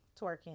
twerking